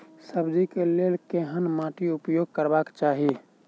सब्जी कऽ लेल केहन माटि उपयोग करबाक चाहि?